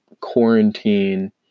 quarantine